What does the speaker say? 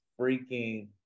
freaking